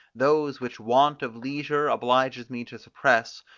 those which want of leisure obliges me to suppress,